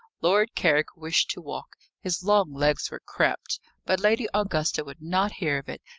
lord carrick wished to walk his long legs were cramped but lady augusta would not hear of it,